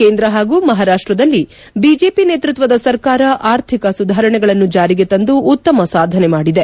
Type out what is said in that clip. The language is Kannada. ಕೇಂದ್ರ ಪಾಗೂ ಮಹಾರಾಷ್ಟದಲ್ಲಿ ಬಿಜೆಪಿ ನೇತೃತ್ವದ ಸರ್ಕಾರ ಆರ್ಥಿಕ ಸುಧಾರಣೆಗಳನ್ನು ಜಾರಿಗೆ ತಂದು ಉತ್ತಮ ಸಾಧನೆ ಮಾಡಿದೆ